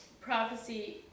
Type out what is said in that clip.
prophecy